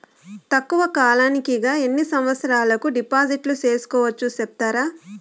తక్కువ కాలానికి గా ఎన్ని సంవత్సరాల కు డిపాజిట్లు సేసుకోవచ్చు సెప్తారా